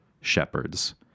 shepherds